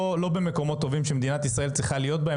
זה לא מקום טוב שמדינת ישראל צריכה להיות בו,